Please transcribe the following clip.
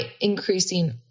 increasing